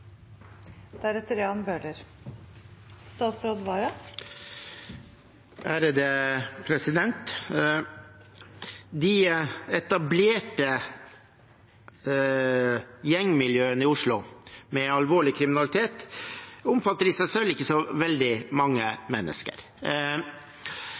De etablerte gjengmiljøene i Oslo med alvorlig kriminalitet omfatter i seg selv ikke så veldig